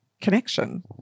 connection